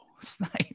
snipe